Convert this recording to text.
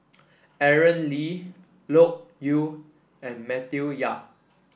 Aaron Lee Loke Yew and Matthew Yap